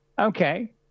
Okay